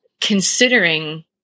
considering